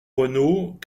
renault